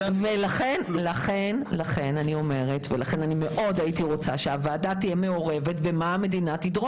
ולכן הייתי רוצה הוועדה תהיה מעורבת בדרישות המדינה.